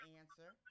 answer